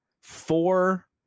four